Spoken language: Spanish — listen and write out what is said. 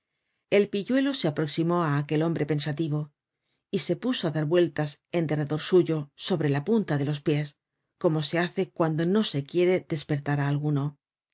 el pilluelo se aproximó á aquel hombre pensativo y se puso á dar vueltas en derredor suyo sobre la punta de los pies como se hace cuando no se quiere despertar á alguno al